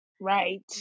Right